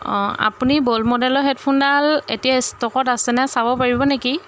অঁ আপুনি ব'ট মডেলৰ হেডফোনডাল এতিয়া ষ্টকত আছেনে চাব পাৰিব নেকি